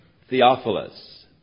Theophilus